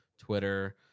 Twitter